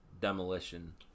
demolition